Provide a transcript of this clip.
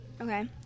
okay